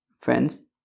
Friends